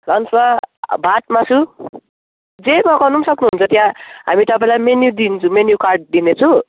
अन्त भात मासु जे पकाउनु पनि सक्नुहुन्छ त्यहाँ हामी तपाईँलाई मेन्यु दिन्छौँ मेन्यु कार्ड दिनेछु